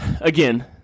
Again